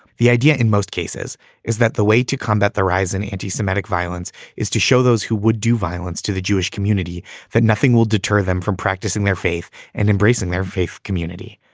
the idea in most cases is that the way to combat combat the rise in anti-semitic violence is to show those who would do violence to the jewish community that nothing will deter them from practicing their faith and embracing their faith community.